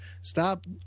Stop